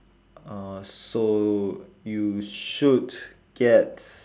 uh so you should get